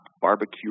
barbecue